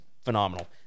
phenomenal